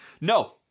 No